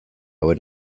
would